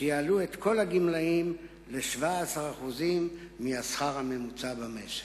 שיעלו את כל הגמלאים ל-17% מהשכר הממוצע במשק.